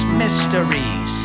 mysteries